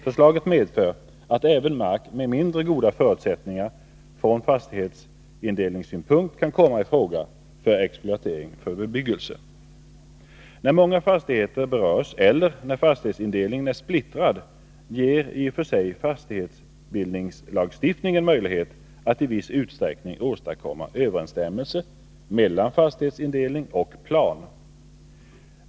Förslaget medför att även mark med mindre goda förutsättningar från fastighetsindelningssynpunkt kan komma i fråga för exploatering för bebyggelse. När många fastigheter berörs eller när fastighetsindelningen är splittrad, ger i och för sig fastighetsbildningslagstiftningen möjlighet att i viss utsträckning åstadkomma överensstämmelse mellan fastighetsindelning och plan.